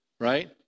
right